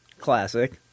Classic